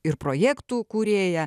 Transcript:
ir projektų kūrėja